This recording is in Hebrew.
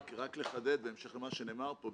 רק לחדד, בהמשך למה שנאמר פה.